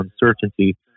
uncertainty